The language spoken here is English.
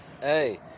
Hey